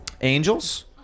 Angels